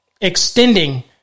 extending